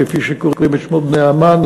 כפי שקוראים את שמות בני המן,